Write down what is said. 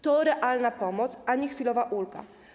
To realna pomoc, a nie chwilowa ulga.